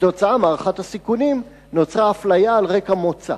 כתוצאה מהערכת הסיכונים נוצרה אפליה על רקע מוצא.